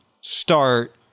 start